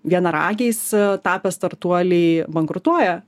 vienaragiais tapę startuoliai bankrutuoja